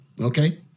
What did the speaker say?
Okay